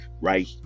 Right